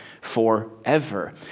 forever